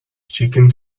chicken